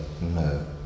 no